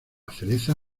cereza